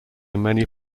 many